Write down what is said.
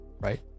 right